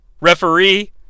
referee